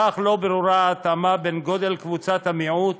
כך, לא ברורה ההתאמה בין גודל קבוצת המיעוט